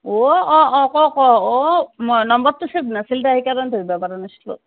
অঁ অঁ অঁ কওক কওক অঁ মই নম্বৰটো ছেভ নাছিল যে সেইকাৰণে ধৰিব পৰা নাছিলোঁ